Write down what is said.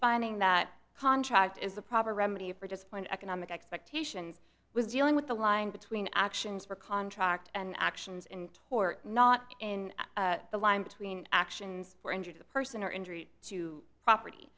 finding that contract is the proper remedy for just one economic expectations was dealing with the line between actions for contract and actions in tort not in the line between actions were injured a person or injury to property